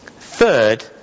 Third